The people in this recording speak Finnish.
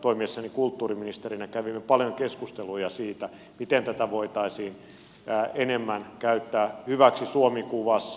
toimiessani kulttuuriministerinä kävimme paljon keskusteluja siitä miten tätä voitaisiin enemmän käyttää hyväksi suomi kuvassa